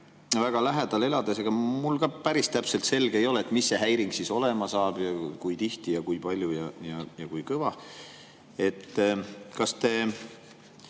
väga lähedal, siis ega mul ka päris täpselt selge ei ole, mis see häiring olema saab ning kui tihti, kui palju ja kui kõva. Kas te